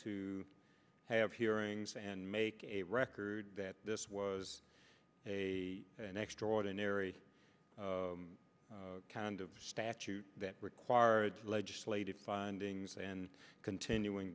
to have hearings and make a record that this was a an extraordinary kind of statute that required legislative findings and continuing